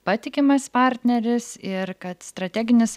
patikimas partneris ir kad strateginis